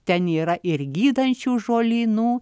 ten yra ir gydančių žolynų